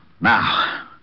Now